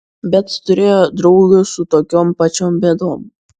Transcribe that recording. bet turėjo draugių su tokiom pačiom bėdom